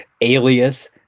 alias